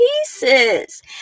pieces